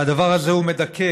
והדבר הזה מדכא,